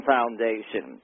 Foundation